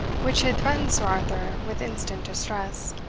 which had threatened sir arthur with instant distress.